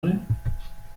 drehen